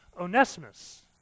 Onesimus